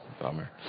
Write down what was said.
Bummer